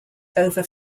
over